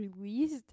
released